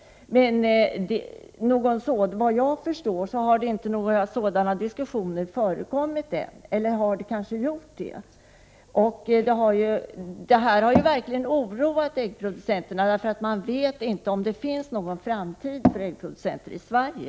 Enligt vad jag kan förstå har inte några diskussioner förekommit än, eller har det kanske det? Detta har oroat äggproducenterna därför att de inte vet om det finns någon framtid för äggproduktionen i Sverige.